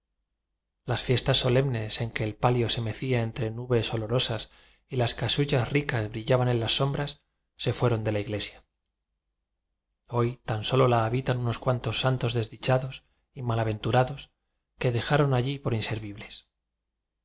las fiestas solemnes en que el palio se mecía entre nubes olorosas y las casullas ricas brillaban en las sombras se fueron de la iglesia hoy tan solo la habitan unos cuantos santos desdichados y mal aventurados que dejaron allí por inservi